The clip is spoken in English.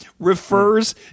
refers